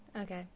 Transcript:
okay